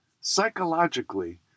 psychologically